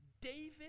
David